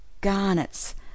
garnets